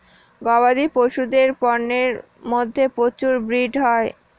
গবাদি পশুদের পন্যের মধ্যে প্রচুর ব্রিড হয়